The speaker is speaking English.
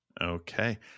Okay